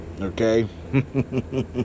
okay